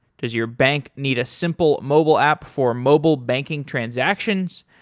does your bank need a simple mobile app for mobile banking transactions?